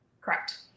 Correct